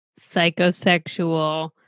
psychosexual